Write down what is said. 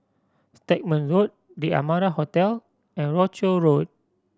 Stagmont Road The Amara Hotel and Rochor Road